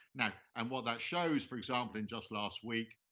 now, and what that shows, for example, in just last week,